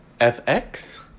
FX